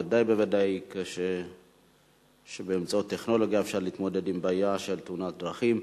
ודאי וודאי כשבאמצעות טכנולוגיה אפשר להתמודד עם בעיה של תאונות דרכים.